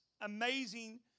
amazing